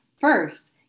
First